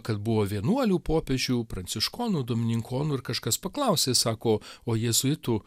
kad buvo vienuolių popiežių pranciškonų domininkonų ir kažkas paklausė sako o jėzuitų